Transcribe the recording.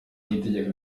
niyitegeka